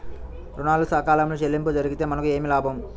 ఋణాలు సకాలంలో చెల్లింపు జరిగితే మనకు ఏమి లాభం?